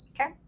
Okay